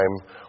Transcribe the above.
time